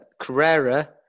Carrera